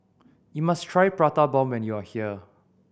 you must try Prata Bomb when you are here